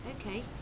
okay